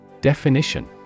Definition